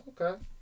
Okay